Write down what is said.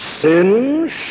Sin